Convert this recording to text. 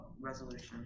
resolution